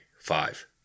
five